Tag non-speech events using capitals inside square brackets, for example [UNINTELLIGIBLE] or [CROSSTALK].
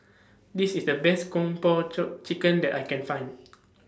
This IS The Best Kung Po [UNINTELLIGIBLE] Chicken that I Can Find [NOISE]